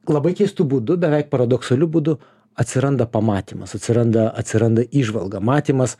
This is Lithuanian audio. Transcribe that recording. labai keistu būdu beveik paradoksaliu būdu atsiranda pamatymas atsiranda atsiranda įžvalga matymas